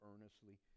earnestly